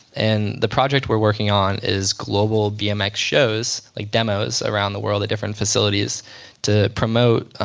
and the project we're working on is global bmx shows like demos, around the world at different facilities to promote ah